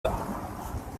dar